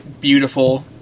beautiful